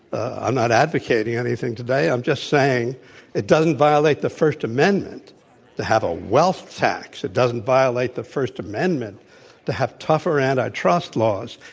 i'm not advocating anything today. i'm just saying it doesn't violate the first amendment to have a wealth tax. it doesn't violate the first amendment to have tougher antitrust laws.